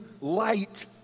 light